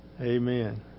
amen